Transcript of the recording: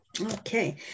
Okay